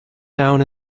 down